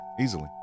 easily